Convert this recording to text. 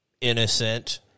innocent